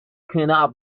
cannot